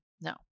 no